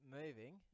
moving